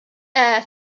air